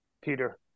Peter